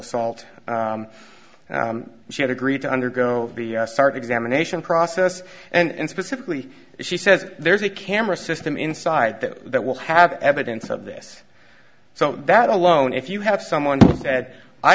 assault she had agreed to undergo the start examination process and specifically she says there's a camera system inside that will have evidence of this so that alone if you have